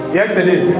yesterday